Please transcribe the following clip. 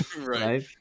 Right